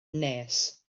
nes